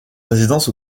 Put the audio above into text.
résidence